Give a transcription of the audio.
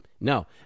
no